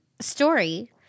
story